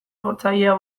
jotzailea